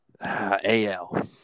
al